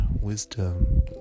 wisdom